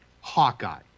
Hawkeye